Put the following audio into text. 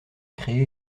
créer